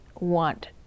want